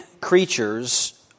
creatures